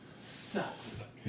Sucks